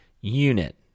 unit